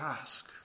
ask